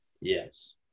Yes